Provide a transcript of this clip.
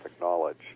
knowledge